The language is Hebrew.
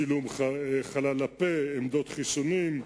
צילום חלל הפה, עמדות חיסונים,